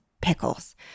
pickles